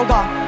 God